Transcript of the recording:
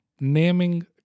Naming